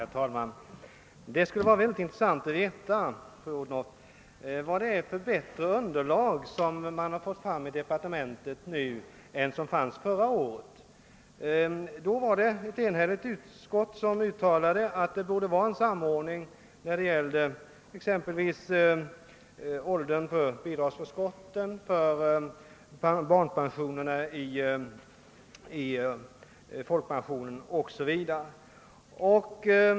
Herr talman! Det skulle vara väldigt intressant att få veta, fru Odhnoff, vad det är för bättre underlag i jämförelse med det som fanns förra året som man har fått fram i departementet nu. Då uttalade ett enhälligt utskott att det borde vara en samordning beträffande ål dern för bidragsförskotten, för barnpensionerna i folkpensionssystemet 0. sS. Vv.